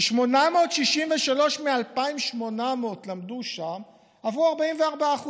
ש-863 מה-2,800 למדו שם, עברו 44%,